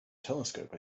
telescope